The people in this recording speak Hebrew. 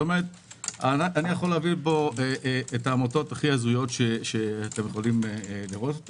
אני יכול להביא לפה את העמותות הכי הזויות שאתם יכולים לראות.